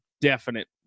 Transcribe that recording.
definite